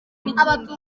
kwigaranzura